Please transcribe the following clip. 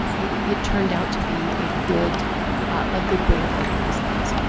yeah it turned out to be a good ah good way to organize things.